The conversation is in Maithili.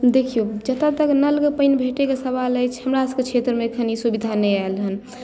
देखियौ जतऽ तक नलके पानि भेटैके सवाल अछि हमरा सभकेँ क्षेत्रमे एखन तक ई सुविधा नहि आयल हँ